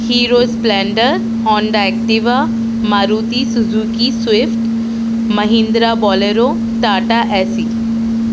hero Splendor Honda Activa Maruti Suzuki Swift Mahindra Bolero Tata Ace E